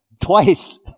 Twice